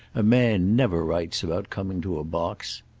a man never writes about coming to a box.